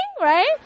right